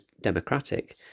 democratic